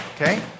okay